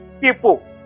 people